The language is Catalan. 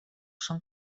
són